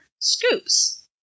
Scoops